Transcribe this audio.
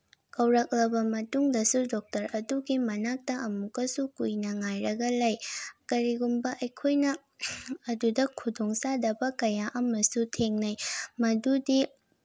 ꯀꯧꯔꯛꯂꯕ ꯃꯇꯨꯡꯗꯁꯨ ꯗꯣꯛꯇꯔ ꯑꯗꯨꯒꯤ ꯃꯅꯥꯛꯇ ꯑꯃꯨꯛꯀꯁꯨ ꯀꯨꯏꯅ ꯉꯥꯏꯔꯒ ꯂꯩ ꯀꯔꯤꯒꯨꯝꯕ ꯑꯩꯈꯣꯏꯅ ꯑꯗꯨꯗ ꯈꯨꯗꯣꯡ ꯆꯥꯗꯕ ꯀꯌꯥ ꯑꯃꯁꯨ ꯊꯦꯡꯅꯩ ꯃꯗꯨꯗꯤ